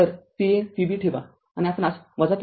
तर Va Vb ठेवा आणि आपणास ३०